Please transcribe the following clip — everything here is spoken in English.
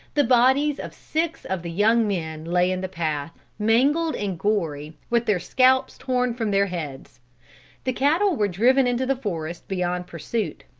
the bodies of six of the young men lay in the path, mangled and gory, with their scalps torn from their heads the cattle were driven into the forest beyond pursuit.